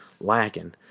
lacking